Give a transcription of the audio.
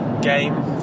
game